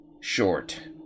short